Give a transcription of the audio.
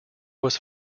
was